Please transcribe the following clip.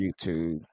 youtube